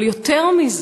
אבל יותר מזה,